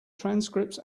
transcripts